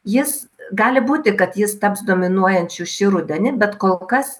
jis gali būti kad jis taps dominuojančiu šį rudenį bet kol kas